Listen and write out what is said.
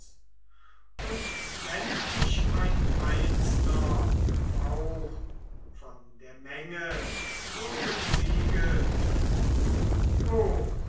und wenn ich einzelner auch von der menge würde besieget